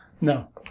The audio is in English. No